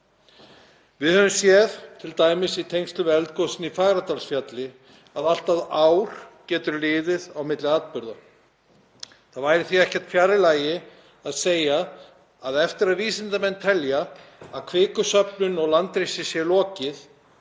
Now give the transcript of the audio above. Við höfum séð, t.d. í tengslum við eldgosið í Fagradalsfjalli, að allt að ár getur liðið á milli atburða. Það væri því ekkert fjarri lagi að segja að eftir að vísindamenn telja að kvikusöfnun og landrisi sé lokið